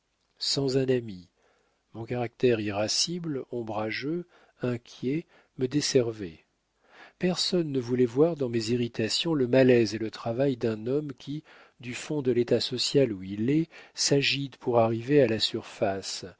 sans un ami mon caractère irascible ombrageux inquiet me desservait personne ne voulait voir dans mes irritations le malaise et le travail d'un homme qui du fond de l'état social où il est s'agite pour arriver à la surface